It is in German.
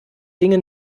dinge